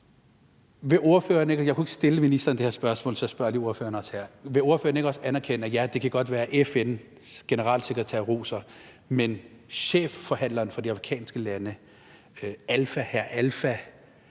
Vil ordføreren ikke også anerkende, at ja, det kan godt være, at FN's generalsekretær roser, men at chefforhandleren for de afrikanske lande, hr. Alpha